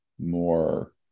more